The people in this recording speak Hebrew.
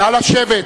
נא לשבת.